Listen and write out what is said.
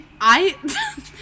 I-